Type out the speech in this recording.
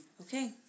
Okay